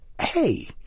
hey –